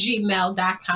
gmail.com